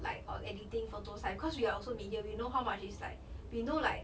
like all editing photos like because we are also media we know how much it is like we know like